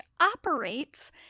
operates